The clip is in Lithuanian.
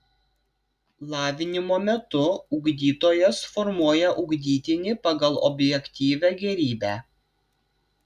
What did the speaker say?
lavinimo metu ugdytojas formuoja ugdytinį pagal objektyvią gėrybę